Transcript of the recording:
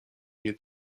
nie